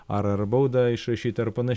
ar ar baudą išrašyt ar panaš